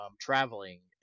traveling